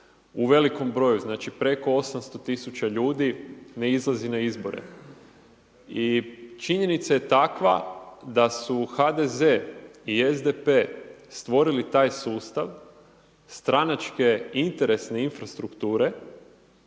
u velikom broju. Znači preko 800 tisuća ljudi ne izlazi na izbore i činjenica je takva da su HDZ-e i SDP-e stvorili taj sustav stranačke interesne infrastrukture